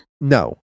No